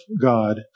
God